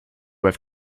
have